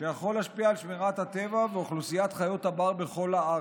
שיכול להשפיע על שמירת הטבע ואוכלוסיית חיות הבר בכל הארץ.